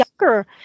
younger